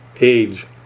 age